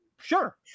Sure